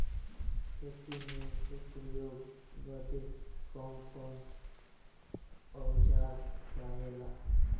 खेती में उपयोग बदे कौन कौन औजार चाहेला?